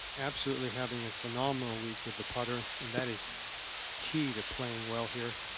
absolutely having a phenomenal week with the putter. and that is key to playing. well, here